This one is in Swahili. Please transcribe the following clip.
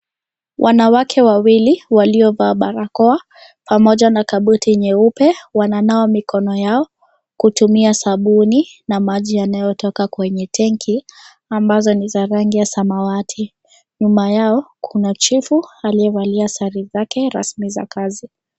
Wanawake wawili waliovaa barakoa pamoja na kabuti nyeupe wananawa mikono yao kutumia sabuni na maji yanayotoka kwenye tenki ambazo ni za rangi ya samawati. Nyuma yao kuna chifu aliyevalia sare zake rasmi za kazi.